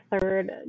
third